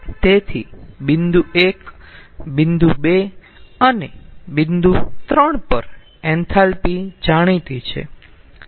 તેથી બિંદુ 1 બિંદુ 2 અને બિંદુ 3 પર એન્થાલ્પી જાણીતી છે